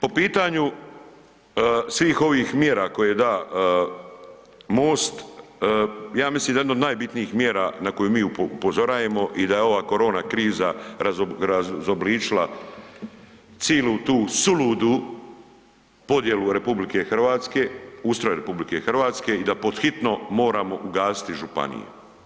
Po pitanju svih ovih mjera koje je da MOST, ja mislim da je jedna od najbitnijih mjera na koju mi upozorajemo i da je ova korona kriza razobličila cilu tu suludu podjelu RH, ustroj RH i da pod hitno moramo ugasiti županije.